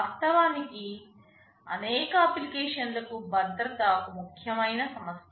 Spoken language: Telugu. వాస్తవానికి అనేక అప్లికేషన్లకు భద్రత ఒక ముఖ్యమైన సమస్య